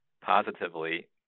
positively